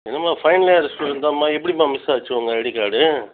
என்னம்மா final year student தானேம்மா எப்படிம்மா மிஸ் ஆச்சு உங்கள் ஐடி கார்டு